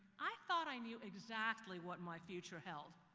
i thought i knew exactly what my future held.